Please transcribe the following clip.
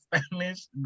Spanish